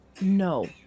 No